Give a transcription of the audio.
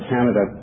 Canada